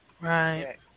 Right